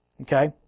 Okay